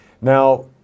Now